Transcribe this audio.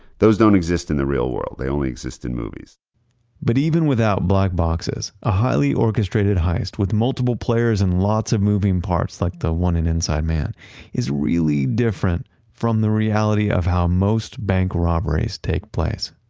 those don't exist in the real world. they only exist in movies but even without black boxes, a highly orchestrated heist with multiple players and lots of moving parts like the one in inside man is really different from the reality of how most bank robberies take place.